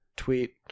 tweet